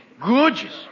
Gorgeous